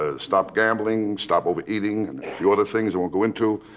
ah stop gambling, stop overeating, and a few other things i won't go into.